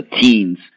teens